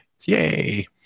Yay